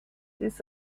this